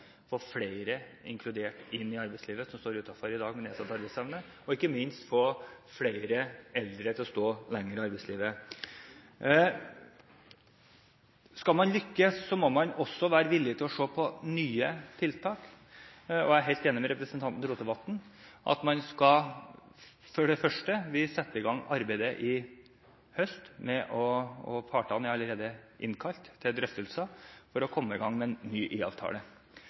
få flere inkludert inn i arbeidslivet – de som i dag står utenfor med nedsatt arbeidsevne, og, ikke minst, få flere eldre til å stå lenger i arbeidslivet. Skal man lykkes, må man også være villig til å se på nye tiltak, og jeg er helt enig med representanten Rotevatn. For det første setter vi i gang arbeidet med en ny IA-avtale nå i høst, og partene er allerede innkalt til drøftelser. Vi har som hovedmålsetting å sørge for å